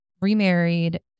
remarried